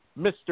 Mr